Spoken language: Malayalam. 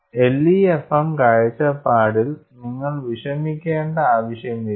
LEFM കാഴ്ചപ്പാടിൽ നിങ്ങൾ വിഷമിക്കേണ്ട ആവശ്യമില്ല